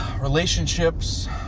relationships